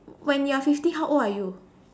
when you're fifty how old are you